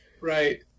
Right